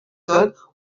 tot